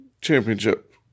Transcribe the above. Championship